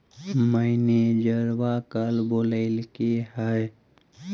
मैनेजरवा कल बोलैलके है?